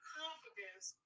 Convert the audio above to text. confidence